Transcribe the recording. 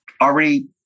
already